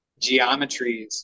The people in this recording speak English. geometries